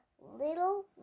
Little